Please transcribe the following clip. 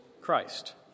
Christ